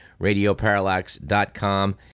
radioparallax.com